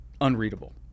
unreadable